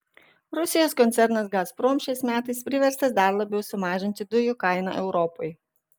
rusijos koncernas gazprom šiais metais priverstas dar labiau sumažinti dujų kainą europai